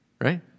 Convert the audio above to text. Right